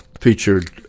featured